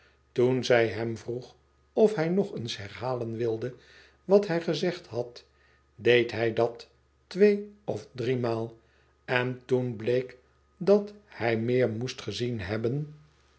toen zij hem vroe of hij nog eens herhalen wilde wat hij gezegd had deed hij dat tweeof driemaal en toen bleek het dat hij meer moest gezien hebben